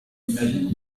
essais